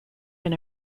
been